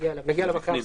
נגיע אליו אחרי ההפסקה.